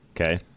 Okay